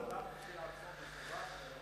האדם עצמו מכובד וראוי.